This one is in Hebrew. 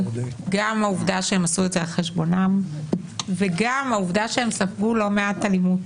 גם העובדה שהם עשו את זה על חשבונם וגם העובדה שהם ספגו לא מעט אלימות.